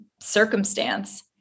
circumstance